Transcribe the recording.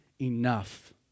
enough